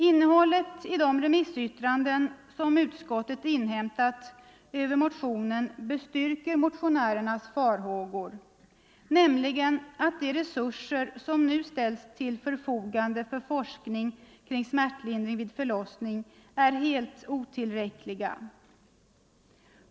Innehållet i de remissyttranden som utskottet inhämtat över motionen bestyrker motionärernas farhågor, nämligen att de resurser som nu ställs till förfogande för forskning kring smärtlindring vid förlossning är helt otillräckliga.